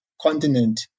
continent